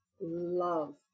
love